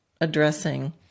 addressing